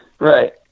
Right